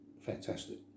fantastic